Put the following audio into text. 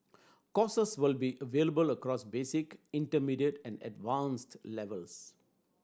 courses will be available across basic intermediate and advanced levels